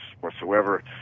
whatsoever